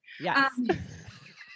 Yes